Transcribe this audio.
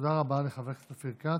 תודה רבה לחבר הכנסת אופיר כץ.